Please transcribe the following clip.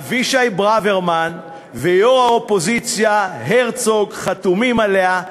אבישי ברוורמן ויו"ר האופוזיציה הרצוג חתומים עליה,